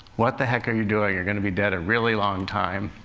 what the heck are you doing? you're going to be dead a really long time.